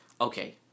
okay